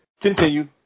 Continue